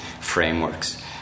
frameworks